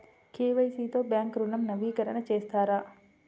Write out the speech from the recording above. KYC తో bank ఋణం నవీకరణ చేస్తారా?